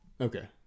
Okay